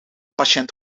patiënt